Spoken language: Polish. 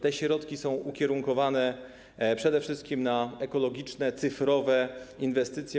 Te środki są ukierunkowane przede wszystkim na ekologiczne, cyfrowe inwestycje.